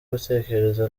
gutekereza